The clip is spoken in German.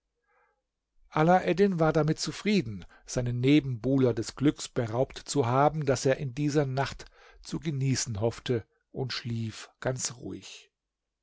alaeddin war damit zufrieden seinen nebenbuhler des glücks beraubt zu haben das er in dieser nacht zu genießen hoffte und schlief ganz ruhig